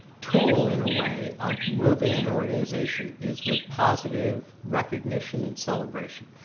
tool in a way of moving an organization is with positive recognition and celebration.